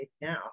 now